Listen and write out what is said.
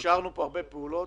אישרנו פה הרבה פעולות.